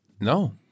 No